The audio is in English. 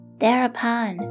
thereupon